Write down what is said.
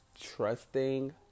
trusting